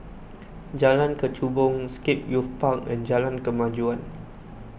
Jalan Kechubong Scape Youth Park and Jalan Kemajuan